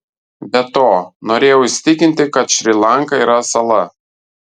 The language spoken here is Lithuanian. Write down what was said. be to norėjau įsitikinti kad šri lanka yra sala